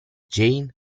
jane